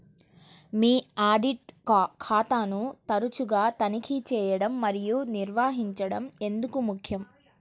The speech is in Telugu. మీ ఆడిట్ ఖాతాను తరచుగా తనిఖీ చేయడం మరియు నిర్వహించడం ఎందుకు ముఖ్యం?